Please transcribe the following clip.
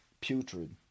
Putrid